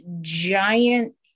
giant